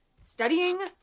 studying